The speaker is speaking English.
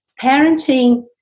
parenting